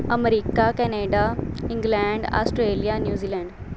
America Canada England Australia New Zealand